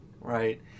right